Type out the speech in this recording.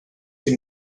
den